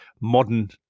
modern